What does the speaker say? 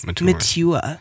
Mature